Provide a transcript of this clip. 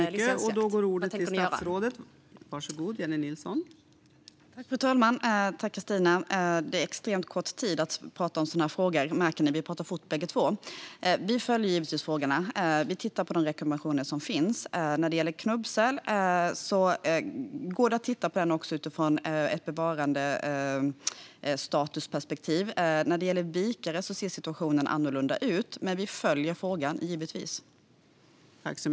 Vad tänker regeringen göra?